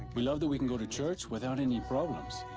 we love that we can go to church without any problems.